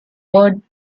word